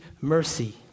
Mercy